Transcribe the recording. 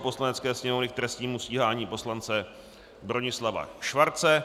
Poslanecké sněmovny k trestnímu stíhání poslance Bronislava Schwarze